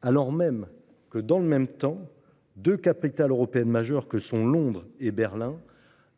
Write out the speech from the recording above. pour Toulouse. Dans le même temps, deux capitales européennes majeures, Londres et Berlin, en